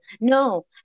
No